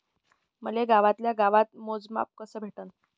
मले गावातल्या गावात मोजमाप कस भेटन?